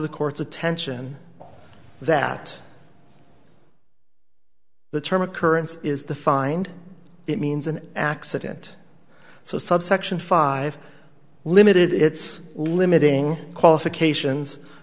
the court's attention that the term occurrence is the find it means an accident so subsection five limited its limiting qualifications